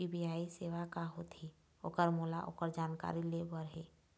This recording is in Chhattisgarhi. यू.पी.आई सेवा का होथे ओकर मोला ओकर जानकारी ले बर हे?